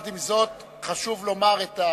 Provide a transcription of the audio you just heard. חשוב לומר,